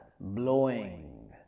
blowing